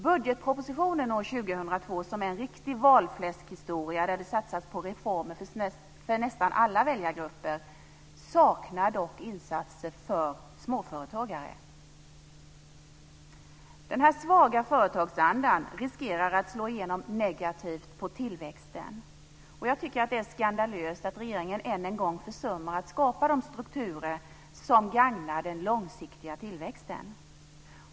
Budgetpropositionen år 2002, som är en riktig valfläskhistora där det satsas på reformer för nästan alla väljargrupper, saknar dock insatser för småföretagare. Denna svaga företagsanda riskerar att slå igenom negativt på tillväxten. Jag tycker att det är skandalöst att regeringen än en gång försummar att skapa de strukturer som gagnar den långsiktiga tillväxten.